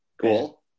cool